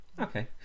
Okay